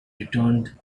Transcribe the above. returned